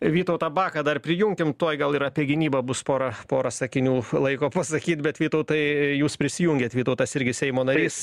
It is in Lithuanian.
vytautą baką dar prijunkim tuoj gal ir apie gynybą bus pora pora sakinių laiko pasakyt bet vytautai jūs prisijungėt vytautas irgi seimo narys